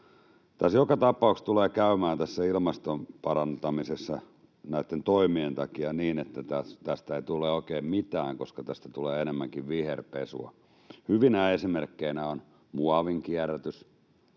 Joka tapauksessa tässä ilmaston parantamisessa tulee käymään näitten toimien takia niin, että tästä ei tule oikein mitään, koska tästä tulee enemmänkin viherpesua. Hyvänä esimerkkinä on muovinkierrätys.